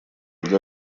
для